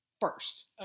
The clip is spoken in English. first